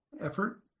effort